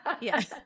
yes